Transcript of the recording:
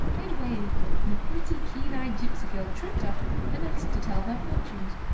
made way a little, and a pretty, keen-eyed gipsy girl tripped up and asked to tell their fortunes.